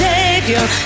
Savior